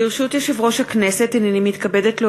ברשות יושב-ראש הכנסת, הנני מתכבדת להודיעכם,